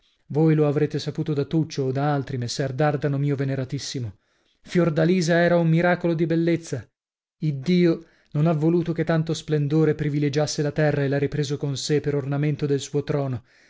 voi lo avrete saputo da tuccio o da altri messer dardano mio veneratissimo fiordalisa era un miracolo di bellezza iddio non ha voluto che tanto splendore privilegiasse la terra e l'ha ripreso con sè per ornamento del suo trono